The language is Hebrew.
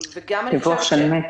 דיווח של מי?